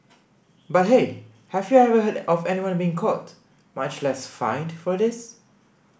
but hey have you ever heard of anyone being caught much less fined for this